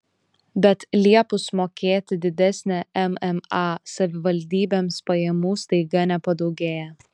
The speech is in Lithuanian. bet liepus mokėti didesnę mma savivaldybėms pajamų staiga nepadaugėja